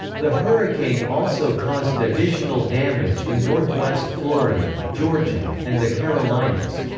the hurricane also caused additional damage in northwest florida, georgia, and the carolinas.